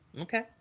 Okay